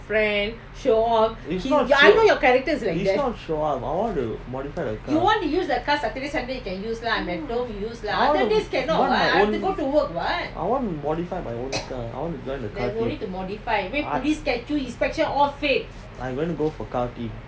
is not show is not show off I want to modify the car I want to want my own I want to modify my own car I want to join the car key I going to go for car key